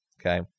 Okay